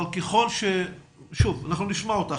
אנחנו נשמע אותך,